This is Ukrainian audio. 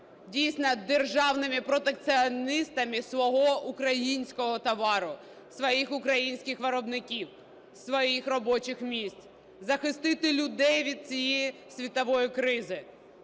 дійсно, державними протекціоністами свого українського товару, своїх українських виробників, своїх робочих місць, захистити людей від цієї світової кризи.